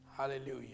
Hallelujah